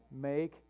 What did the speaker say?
make